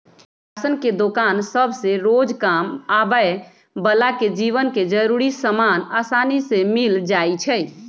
ration के दोकान सभसे रोजकाम आबय बला के जीवन के जरूरी समान असानी से मिल जाइ छइ